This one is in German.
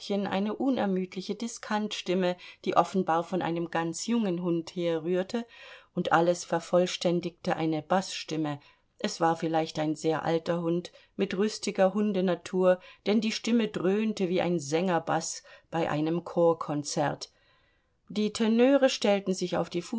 eine unermüdliche diskantstimme die offenbar von einem ganz jungen hund herrührte und alles vervollständigte eine baßstimme es war vielleicht ein sehr alter hund mit rüstiger hundenatur denn die stimme dröhnte wie ein sängerbaß bei einem chorkonzert die tenöre stellen sich auf die